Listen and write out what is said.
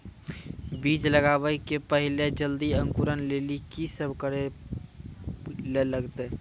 बीज लगावे के पहिले जल्दी अंकुरण लेली की सब करे ले परतै?